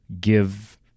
give